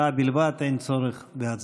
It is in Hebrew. הודעה בלבד, אין צורך בהצבעה.